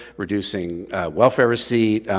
reducing welfare receipt,